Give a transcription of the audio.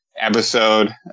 episode